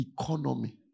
economy